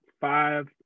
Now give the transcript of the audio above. five